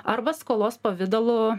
arba skolos pavidalu